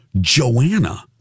Joanna